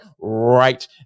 right